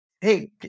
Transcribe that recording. hey